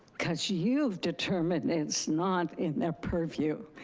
cause you've determined it's not in the purview.